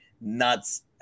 nuts